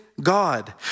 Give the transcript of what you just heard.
God